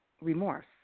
remorse